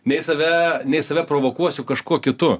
nei save nei save provokuosiu kažkuo kitu